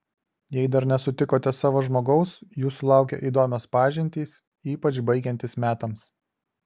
jei dar nesutikote savo žmogaus jūsų laukia įdomios pažintys ypač baigiantis metams